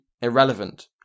irrelevant